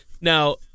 Now